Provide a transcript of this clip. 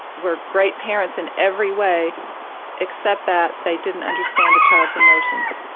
were great parents in every way except that they didn't understand the child's emotions,